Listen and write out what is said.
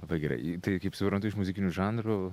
labai gerai tai kaip suprantu iš muzikinių žanrų